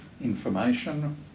information